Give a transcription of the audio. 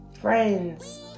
Friends